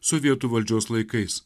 sovietų valdžios laikais